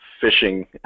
fishing